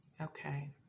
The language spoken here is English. Okay